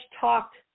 talked